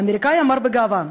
האמריקני אמר בגאווה,